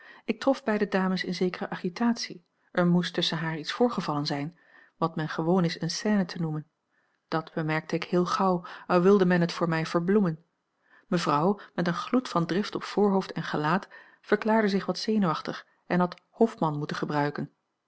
ik trof beide dames in zekere agitatie er moest tusschen haar iets voorgevallen zijn wat men gewoon is eene scène te noemen dat bemerkte ik heel gauw al wilde men het voor mij verbloemen mevrouw met een gloed van drift op voorhoofd en gelaat verklaarde zich wat zenuwachtig en had hofmann moeten gebruiken